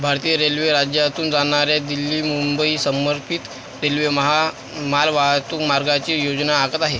भारतीय रेल्वे राज्यातून जाणाऱ्या दिल्ली मुंबई समर्पित रेल्वे महामालवाहतूक मार्गाची योजना आखत आहे